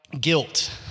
guilt